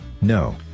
No